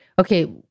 okay